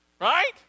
right